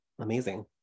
Amazing